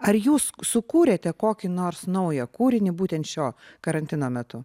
ar jūs sukūrėte kokį nors naują kūrinį būtent šio karantino metu